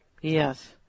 Yes